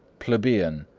plebeian,